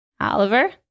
Oliver